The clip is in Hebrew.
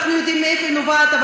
אנחנו יודעים מאיפה היא נובעת,